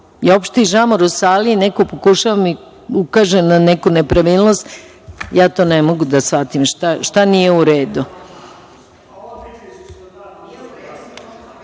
je opšti žamor u sali, neko pokušava da mi ukaže na neku nepravilnost ja ne mogu da shvatim šta nije u redu. Pet